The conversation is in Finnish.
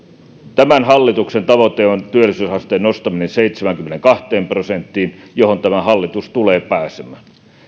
tämän hallituksen tavoite on työllisyysasteen nostaminen seitsemäänkymmeneenkahteen prosenttiin johon tämä hallitus tulee pääsemään